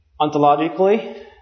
ontologically